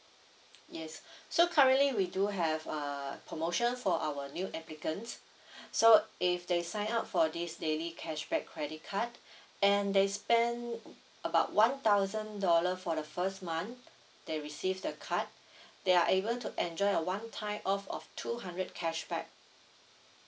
yes so currently we do have err promotion for our new applicants so if they sign up for this daily cashback credit card and they spend about one thousand dollar for the first month they receive the card they are able to enjoy a one-time off of two hundred cashback